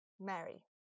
Mary